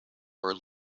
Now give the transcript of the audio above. are